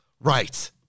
Right